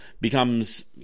becomes